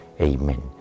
Amen